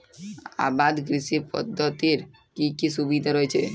আবাদ কৃষি পদ্ধতির কি কি সুবিধা রয়েছে?